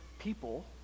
people